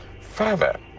Father